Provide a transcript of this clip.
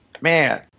Man